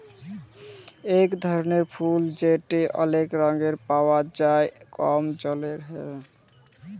ইক রকমের ফুল যেট অলেক রঙে পাউয়া যায় কম জলে হ্যয়